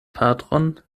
patron